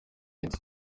inzu